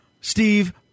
Steve